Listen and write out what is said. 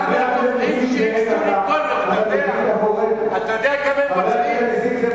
חבר הכנסת ברכה, אתה תדבר לעניין, קריאת ביניים.